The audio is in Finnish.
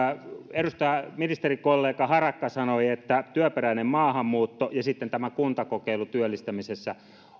ministerikollega harakka sanoi että työperäinen maahanmuutto ja sitten tämä kuntakokeilu työllistämisessä